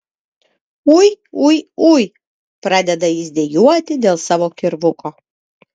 ui ui ui pradeda jis dejuoti dėl savo kirvuko